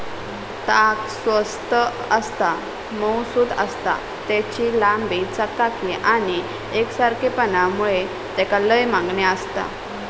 ताग स्वस्त आसता, मऊसुद आसता, तेची लांबी, चकाकी आणि एकसारखेपणा मुळे तेका लय मागणी आसता